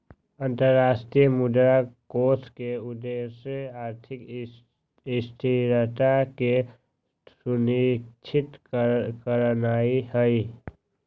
अंतरराष्ट्रीय मुद्रा कोष के उद्देश्य आर्थिक स्थिरता के सुनिश्चित करनाइ हइ